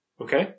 Okay